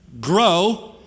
grow